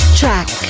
track